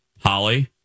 Holly